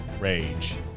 rage